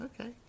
Okay